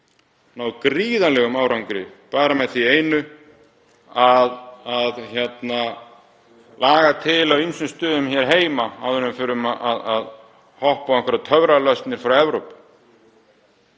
náð gríðarlegum árangri bara með því einu að laga til á ýmsum stöðum hér heima áður en við förum að hoppa á einhverjar töfralausnir frá Evrópu.